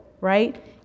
right